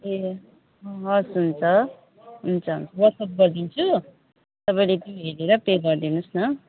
ए हवस् हुन्छ हुन्छ वाट्सएप गरिदिन्छु तपाईँले त्यो हेरेर पे गरिदिनु होस् न